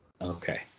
Okay